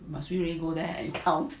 must be really go there and count